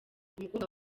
umukobwa